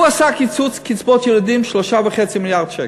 הוא קיצץ קצבאות ילדים, 3.5 מיליארד שקל.